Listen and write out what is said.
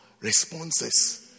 responses